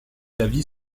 avis